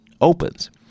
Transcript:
opens